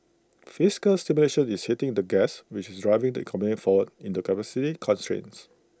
fiscal stimulation is hitting the gas which is driving the economy forward into capacity constraints